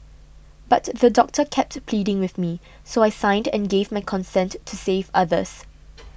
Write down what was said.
but the doctor kept pleading with me so I signed and gave my consent to save others